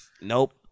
Nope